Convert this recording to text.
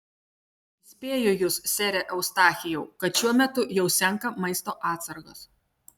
įspėju jus sere eustachijau kad šiuo metu jau senka maisto atsargos